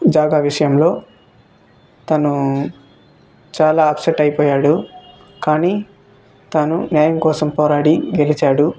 జాగ విషయంలో తను చాలా అప్సెట్ అయిపోయాడు కానీ తాను న్యాయం కోసం పోరాడి గెలిచాడు